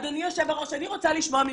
אדוני היושב-ראש, אני רוצה לשמוע ממך,